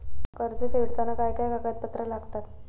कर्ज फेडताना काय काय कागदपत्रा लागतात?